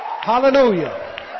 Hallelujah